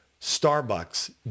Starbucks